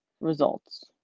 results